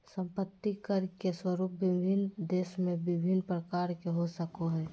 संपत्ति कर के स्वरूप विभिन्न देश में भिन्न प्रकार के हो सको हइ